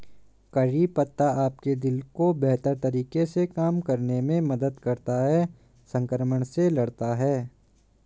करी पत्ता आपके दिल को बेहतर तरीके से काम करने में मदद करता है, संक्रमण से लड़ता है